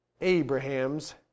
Abraham's